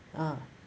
uh